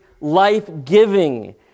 life-giving